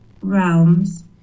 realms